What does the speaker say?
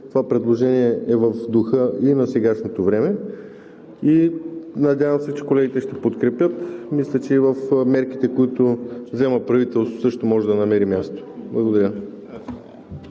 това предложение е в духа и на сегашното време. Надявам се, че колегите ще го подкрепят. Мисля, че в мерките, които взема правителството, също може да намери място. Благодаря.